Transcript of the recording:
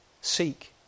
seek